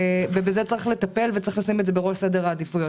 בזה יש לטפל ולשים את זה בראש סדר העדיפויות.